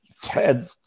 Ted